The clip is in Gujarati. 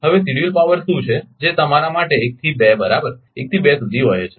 હવે શેડ્યૂલ પાવર શું છે જે તમારા માટે 1 થી 2 બરાબર 1 થી 2 સુધી વહે છે